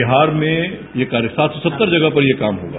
बिहार में ये सात सौ सत्तर जगह पर कार्यक्रम होगा